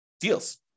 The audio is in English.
deals